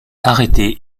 arrêtée